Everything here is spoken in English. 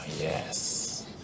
yes